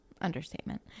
Understatement